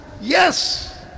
yes